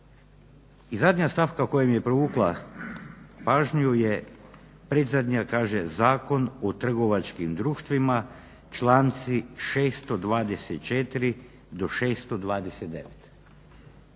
I zadnja stavka koja mi je privukla pažnju je predzadnja. Kaže Zakon o trgovačkim društvima članci 624. do 629.